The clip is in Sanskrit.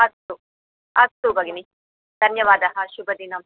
अस्तु अस्तु भगिनि धन्यवादः शुभदिनम्